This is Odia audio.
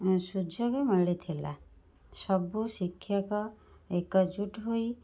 ସୁଯୋଗ ମିଳିଥିଲା ସବୁ ଶିକ୍ଷକ ଏକଜୁଟ ହୋଇଥିଲେ